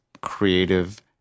creative